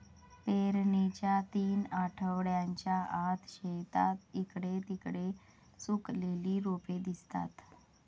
पेरणीच्या तीन आठवड्यांच्या आत, शेतात इकडे तिकडे सुकलेली रोपे दिसतात